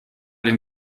den